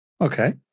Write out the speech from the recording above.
Okay